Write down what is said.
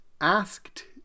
asked